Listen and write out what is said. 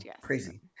crazy